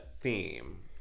theme